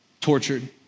tortured